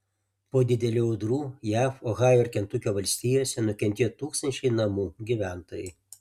po didelių audrų jav ohajo ir kentukio valstijose nukentėjo tūkstančiai namų gyventojai